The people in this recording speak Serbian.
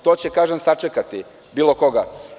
To će, kažem, sačekati bilo koga.